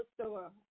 store